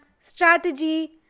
strategy